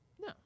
No